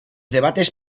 debates